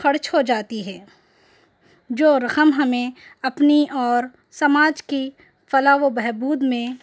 خرچ ہو جاتی ہے جو رقم ہمیں اپنی اور سماج کی فلاح و بہبود میں